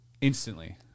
instantly